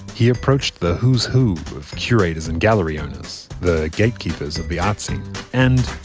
he approached the who's who of curators and gallery owners the gatekeepers of the art scene and,